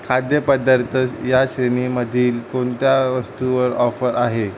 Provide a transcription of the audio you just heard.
खाद्यपदार्थ या श्रेणीमधील कोणत्या वस्तुंवर ऑफर आहेत